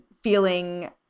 feeling